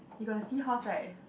you got seahorse right